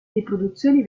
riproduzioni